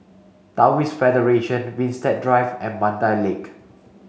Taoist Federation Winstedt Drive and Mandai Lake